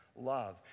love